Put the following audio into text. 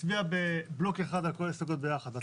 נצביע בבלוק אחד על כל ההסתייגויות ביחד.